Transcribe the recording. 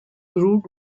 root